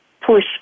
push